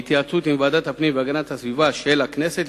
בהתייעצות עם ועדת הפנים והגנת הסביבה של הכנסת,